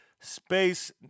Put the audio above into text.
space